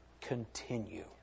continue